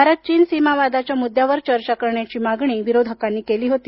भारत चीन सीमा वादाच्या मुद्यावर चर्चा करण्याची मागणी विरोधकांनी केली होती